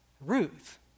Ruth